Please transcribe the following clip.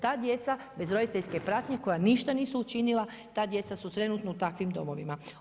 Ta djeca bez roditeljske pratnje, koja ništa nisu učinila, ta djeca su trenutno u takvim domovima.